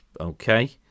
Okay